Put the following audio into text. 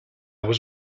was